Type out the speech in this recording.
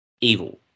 evil